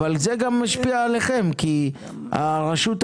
אבל זה גם משפיע עליכם כי הרשות העשירה,